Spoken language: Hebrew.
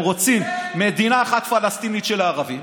הם רוצים מדינה אחת פלסטינית של הערבים,